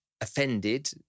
offended